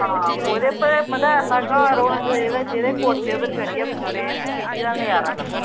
ते मतलब ओह्दे पर ऐसा घर होना चाहिदा कि जेह्दे उप्पर चढ़ियै पूरे सिटी दा नज़ारा लब्भै